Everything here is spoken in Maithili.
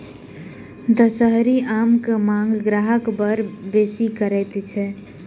दसहरी आमक मांग ग्राहक बड़ बेसी करैत अछि